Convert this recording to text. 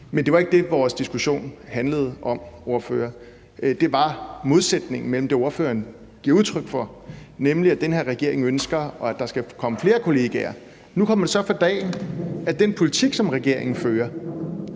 Men det var ikke det, vores diskussion handlede om. Det var det selvmodsigende i det, ordføreren giver udtryk for, nemlig at den her regering ønsker, at der skal komme flere kollegaer. Nu kommer det så for en dag, at den politik, som regeringen fører,